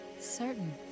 certain